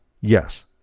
Yes